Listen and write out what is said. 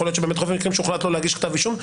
יכול להיות שבאמת רוב המקרים שהוחלט לא להגיש כתב אישום,